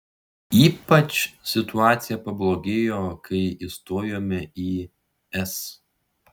ypač situacija pablogėjo kai įstojome į es